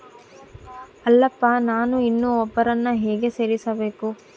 ಅಲ್ಲಪ್ಪ ನಾನು ಇನ್ನೂ ಒಬ್ಬರನ್ನ ಹೇಗೆ ಸೇರಿಸಬೇಕು?